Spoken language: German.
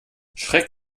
schreck